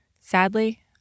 Sadly